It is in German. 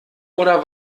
oder